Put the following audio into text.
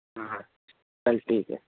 ਹਾਂ ਚੱਲ ਠੀਕ ਐ